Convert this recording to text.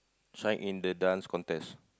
sign in the Dance Contest